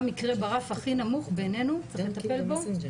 גם מקרה ברף הכי נמוך בעינינו צריך לטפל בו